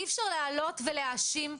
אי-אפשר לעלות ולהאשים.